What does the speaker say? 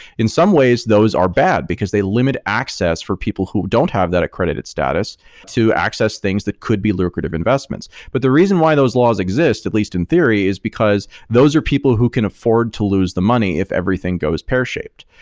in some ways, those are bad, because they limit access for people who don't have that accredited status to access things that could be lucrative investments. but the reason why those laws exist, at least in theory, is because those are people who can afford to lose the money if everything goes pear-shaped,